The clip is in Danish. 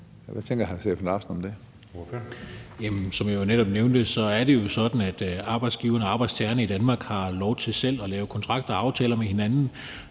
Kl. 19:28 Steffen Larsen (LA): Som jeg jo netop nævnte, er det jo sådan, at arbejdsgiverne og arbejdstagerne i Danmark har lov til selv at lave kontrakter og aftaler med hinanden.